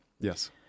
Yes